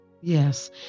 Yes